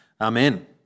Amen